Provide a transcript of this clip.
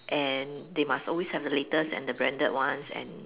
and they must always have the latest and branded ones and